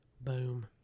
Boom